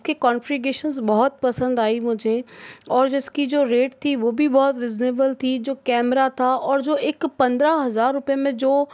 इसकी कंफीग्रेशन बोहोत पसंद आई मुझे और जो इसकी जो रेट थी वो भी बोहोत रीज़नेबल थी जो कैमरा था और जो एक पंद्रह हज़ार रुपये में जो